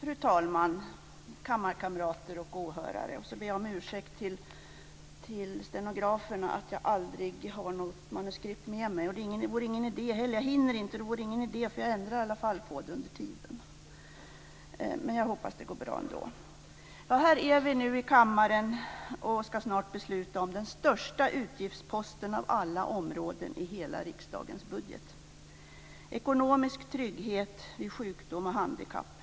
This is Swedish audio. Fru talman! Kammarkamrater och åhörare! Här är vi nu i kammaren och ska snart besluta om den största utgiftsposten av alla områden i hela riksdagens budget: Ekonomisk trygghet vid sjukdom och handikapp.